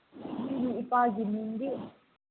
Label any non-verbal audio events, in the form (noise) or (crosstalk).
(unintelligible) ꯏꯄꯥꯒꯤ ꯃꯤꯡꯗꯤ